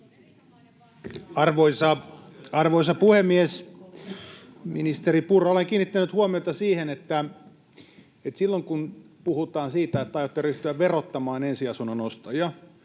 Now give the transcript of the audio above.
Arvoisa puhemies! Ministeri Purra, olen kiinnittänyt huomiota siihen, että silloin kun puhutaan siitä, että aiotte ryhtyä verottamaan ensiasunnon ostajia,